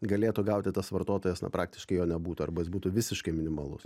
galėtų gauti tas vartotojas na praktiškai jo nebūtų arba jis būtų visiškai minimalus